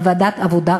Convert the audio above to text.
בוועדת העבודה,